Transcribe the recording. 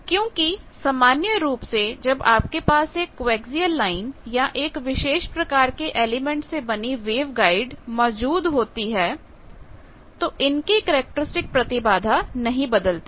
क्योंकि सामान्य रूप से जब आपके पास एक कोएक्सिअल लाइन या एक विशेष प्रकार के एलिमेंट से बनी वेबगाइड मौजूद हो तो इनकी कैरेक्टरिस्टिक प्रतिबाधा नहीं बदलती